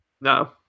No